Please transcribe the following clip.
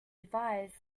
advised